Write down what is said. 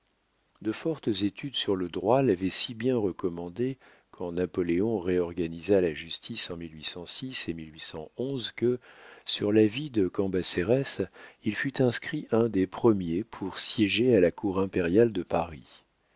de fortes études sur le droit l'avaient si bien recommandé quand napoléon réorganisa la justice en et que sur l'avis de cambacérès il fut inscrit un des premiers pour siéger à la cour impériale de paris